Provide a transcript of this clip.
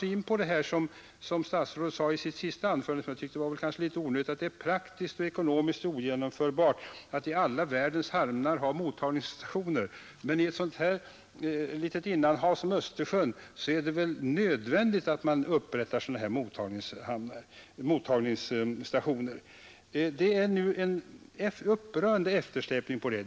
Därmed kommer jag in på vad statsrådet sade i sitt senaste anförande — och som jag kanske tyckte var litet onödigt — att det är praktiskt och ekonomiskt ogenomförbart att i alla världens hamnar ha mottagningsstationer. Men i ett litet innanhav som Östersjön är det väl nödvändigt att man snarast upprättar mottagningsstationer. Det är en upprörande eftersläpning i det fallet.